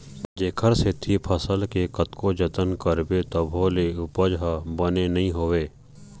जेखर सेती फसल के कतको जतन करबे तभो ले उपज ह बने नइ होवय